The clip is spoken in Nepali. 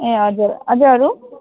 ए हजुर अझै अरू